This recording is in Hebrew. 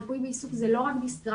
ריפוי בעיסוק זה לא רק דיסגרפיה,